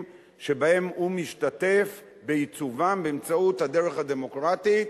שהוא משתתף בעיצובם באמצעות הדרך הדמוקרטית,